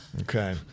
Okay